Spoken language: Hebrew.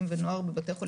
שלום וברכה.